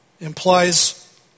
implies